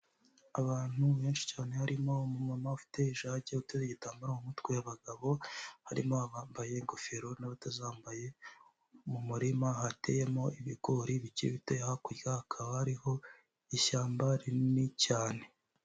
Abantu benshi cyane hari umumama ufite ijage uteruye igitambaro mu mutwe abagabo harimo abambaye ingofero n'abatazambaye, mu murima hateyemo ibigori bike biteye hakurya hakaba hariho ishyamba rinini cyane.